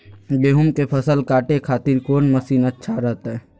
गेहूं के फसल काटे खातिर कौन मसीन अच्छा रहतय?